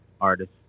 artist